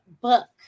book